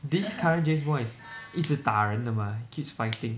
this current James Bond is 一直打人的 mah keeps fighting